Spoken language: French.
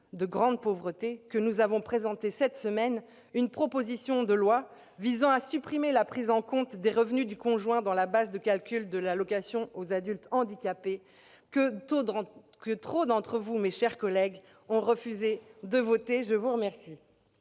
grande pauvreté que nous avons présenté cette semaine une proposition de loi visant à supprimer la prise en compte des revenus du conjoint dans la base de calcul de l'allocation aux adultes handicapés, que trop d'entre vous, mes chers collègues, ont refusé de voter. La parole